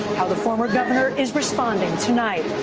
how the former governor is responding tonight.